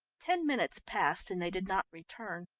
ten minutes passed and they did not return,